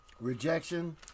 rejection